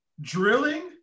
Drilling